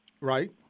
Right